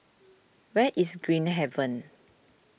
where is Green Haven